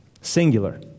singular